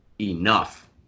enough